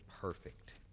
perfect